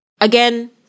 Again